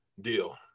deal